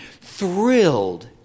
thrilled